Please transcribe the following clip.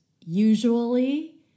usually